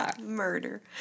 Murder